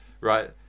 Right